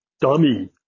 dummy